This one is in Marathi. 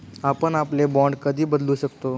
आपण आपले बाँड कधी बदलू शकतो?